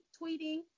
tweeting